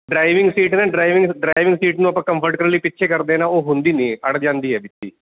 driving seat ਨਾ driving driving seat ਨੂੰ ਆਪਾਂ ਕੰਫਰਟ ਕਰਨ ਲਈ ਪਿੱਛੇ ਕਰਦੇ ਨਾ ਉਹ ਹੁੰਦੀ ਨਹੀਂ ਅੜ ਜਾਂਦੀ ਹੈ ਵਿੱਚੇ